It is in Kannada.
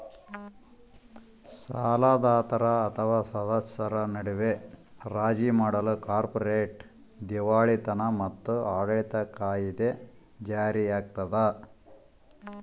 ಸಾಲದಾತರ ಅಥವಾ ಸದಸ್ಯರ ನಡುವೆ ರಾಜಿ ಮಾಡಲು ಕಾರ್ಪೊರೇಟ್ ದಿವಾಳಿತನ ಮತ್ತು ಆಡಳಿತ ಕಾಯಿದೆ ಜಾರಿಯಾಗ್ತದ